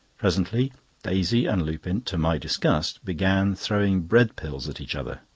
presently daisy and lupin, to my disgust, began throwing bread-pills at each other.